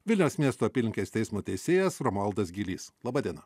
vilniaus miesto apylinkės teismo teisėjas romualdas gylys laba diena